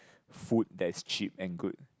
food that is cheap and good